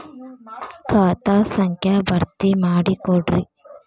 ಖಾತಾ ಸಂಖ್ಯಾ ಭರ್ತಿ ಮಾಡಿಕೊಡ್ರಿ